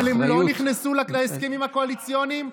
אבל הם לא נכנסו להסכמים הקואליציוניים?